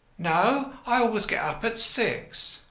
no, i always get up at six.